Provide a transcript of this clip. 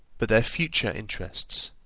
but their future interests,